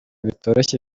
bitoroshye